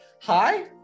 hi